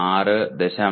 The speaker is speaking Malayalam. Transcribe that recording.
6 0